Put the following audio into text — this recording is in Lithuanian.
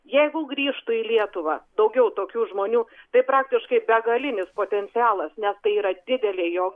jeigu grįžtų į lietuvą daugiau tokių žmonių tai praktiškai begalinis potencialas nes tai yra didelė jo